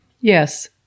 Yes